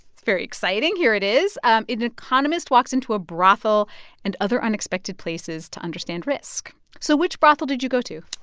very exciting. here it is an economist walks into a brothel and other unexpected places to understand risk. so which brothel did you go to?